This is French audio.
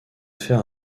faire